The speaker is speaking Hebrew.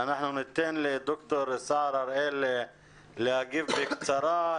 ניתן לד"ר סער הראל להגיב בקצרה.